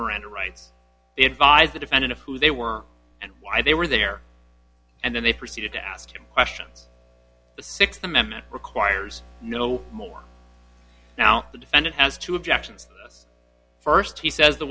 miranda rights the defendant who they were and why they were there and then they proceeded to ask him questions th amendment requires no more now the defendant has two objections st he says the